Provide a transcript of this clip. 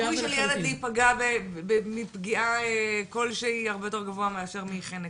להיפגע מפגיעה כלשהי הרבה יותר גבוהה מאשר מחנק,